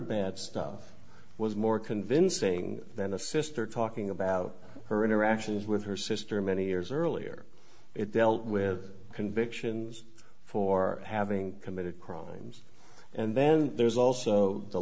bands stuff was more convincing than a sister talking about her interactions with her sister many years earlier it dealt with convictions for having committed crimes and then there's also the